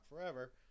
forever